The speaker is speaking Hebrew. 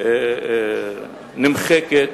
היא נמחקת,